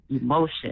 emotion